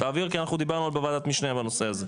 כי דיברנו על זה בוועדת משנה על הנושא הזה.